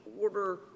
order